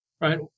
right